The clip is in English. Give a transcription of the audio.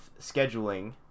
scheduling